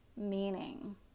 Meaning